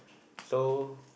so